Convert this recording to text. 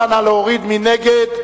מי נגד?